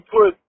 put